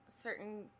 certain